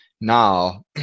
now